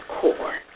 core